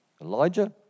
Elijah